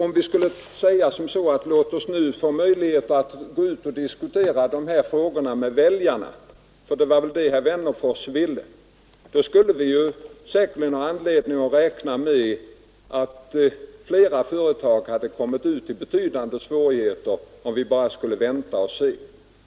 Om vi skulle säga, att låt oss nu få möjligheter att gå ut och diskutera de här frågorna med väljarna — för det var väl detta herr Wennerfors ville — skulle vi säkerligen ha anledning räkna med att en hel del företag kom i betydande svårigheter.